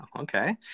okay